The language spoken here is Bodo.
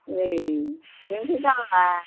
ओइ बेनोथ' जाल्ला